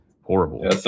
horrible